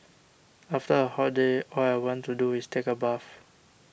after a hot day all I want to do is take a bath